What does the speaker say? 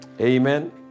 amen